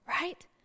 right